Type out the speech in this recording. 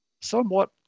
somewhat